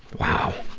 wow!